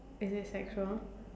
is it sexual